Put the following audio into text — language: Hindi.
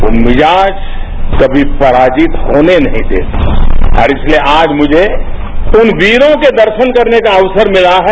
वो मिजाज कमी पराजित होने नहीं देना और इसलिए आज मुझे उन वीरों के दर्शन करने काअवसर मिला है